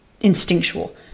instinctual